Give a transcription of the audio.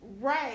right